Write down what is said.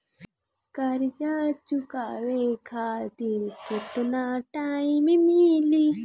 कर्जा चुकावे खातिर केतना टाइम मिली?